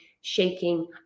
shaking